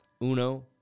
Uno